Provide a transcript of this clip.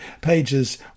pages